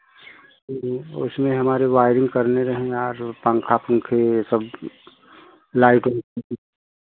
उसमें हमारी वायरिंग करनी है यार पंखा पंखे सब लाइटें